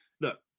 look